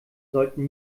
sollten